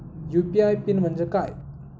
UPI PIN म्हणजे काय?